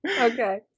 Okay